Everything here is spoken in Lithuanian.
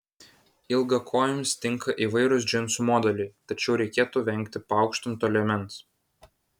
ilgakojėms tinka įvairūs džinsų modeliai tačiau reikėtų vengti paaukštinto liemens